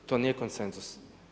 To nije konsenzus.